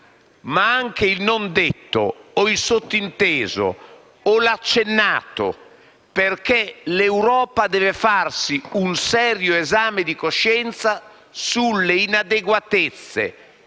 ma anche il non detto, o il sottinteso, o l'accennato, perché l'Europa deve farsi un serio esame di coscienza sulle inadeguatezze,